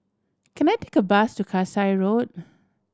can I take a bus to Kasai Road